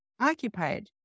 occupied